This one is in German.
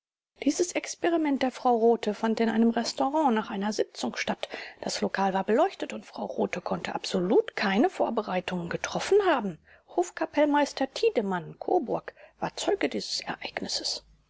dieses experiment der frau rothe fand in einem restaurant nach einer sitzung statt das lokal war beleuchtet und frau rothe konnte absolut keine vorbereitungen getroffen haben hofkapellmeister tiedemann koburg war zeuge dieses ereignisses